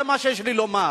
זה מה שיש לי לומר.